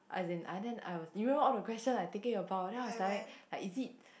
as in uh then I was you remember all the question I thinking about then I was like is it